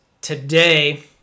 today